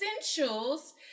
Essentials